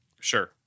sure